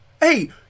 Hey